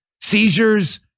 Seizures